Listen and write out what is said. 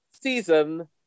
season